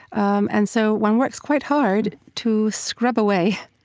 um and so one works quite hard to scrub away